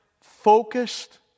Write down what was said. focused